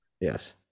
Yes